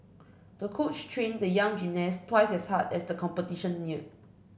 the coach trained the young gymnast twice as hard as the competition neared